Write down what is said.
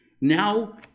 Now